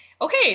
okay